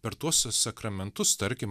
per tuos sakramentus tarkim